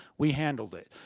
we handled it.